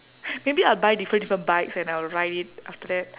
maybe I'll buy different different bikes and I'll ride it after that